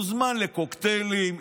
מוזמן לקוקטיילים,